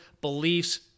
beliefs